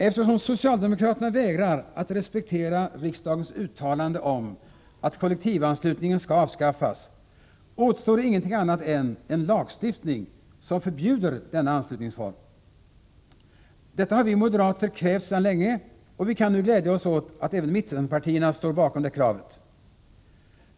Eftersom socialdemokraterna vägrar att respektera riksdagens uttalande om att kollektivanslutningen skall avskaffas, återstår ingenting annat än en lagstiftning, som förbjuder denna anslutningsform. Detta har vi moderater krävt sedan länge, och vi kan nu glädja oss åt att även mittenpartierna står bakom detta krav.